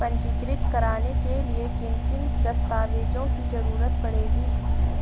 पंजीकृत कराने के लिए किन किन दस्तावेजों की जरूरत पड़ेगी?